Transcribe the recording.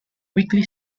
weekly